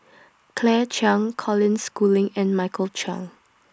Claire Chiang Colin Schooling and Michael Chiang